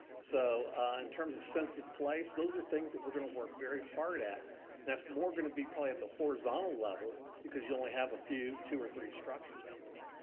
so in terms of sense of place, those are things that we're gonna work very hard at, and that's more gonna be probably at the horizontal level because you only have a few, two or three structures out there.